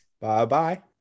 Bye-bye